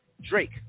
Drake